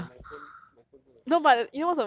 but my but my phone my phone don't know